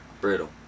brittle